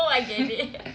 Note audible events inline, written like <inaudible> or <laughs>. <laughs>